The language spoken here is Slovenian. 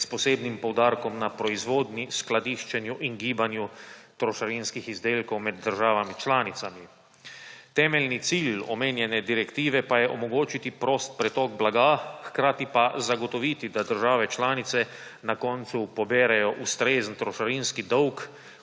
s posebnim poudarkom na proizvodnji, skladiščenju in gibanju trošarinskih izdelkov med državami članicami. Temeljni cilj omenjene direktive pa je omogočiti prost pretok blaga, hkrati pa zagotoviti, da države članice na koncu poberejo ustrezen trošarinski dolg